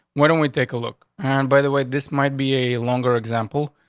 why don't we take a look? and by the way, this might be a longer example,